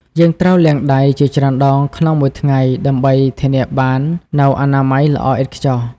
យើងត្រូវលាងដៃជាច្រើនដងក្នុងមួយថ្ងៃ ដើម្បីធានាបាននូវអនាម័យល្អឥតខ្ចោះ។